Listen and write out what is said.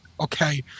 okay